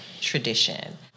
tradition